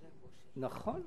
תראה